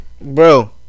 Bro